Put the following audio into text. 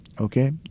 okay